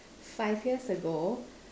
five years ago